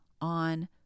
on